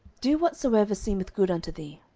do whatsoever seemeth good unto thee.